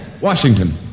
Washington